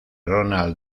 ronald